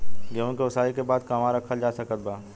गेहूँ के ओसाई के बाद कहवा रखल जा सकत बा?